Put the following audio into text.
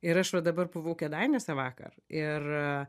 ir aš vat dabar buvau kėdainiuose vakar ir